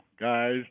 guys